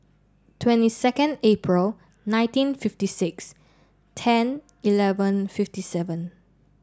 twenty second Apr nineteen fifty six ten eleven fifty seven